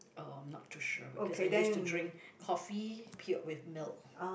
uh not too sure because I use to drink coffee p~ with milk